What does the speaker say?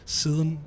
siden